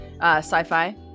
sci-fi